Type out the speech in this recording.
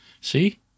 See